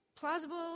Plausible